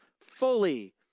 fully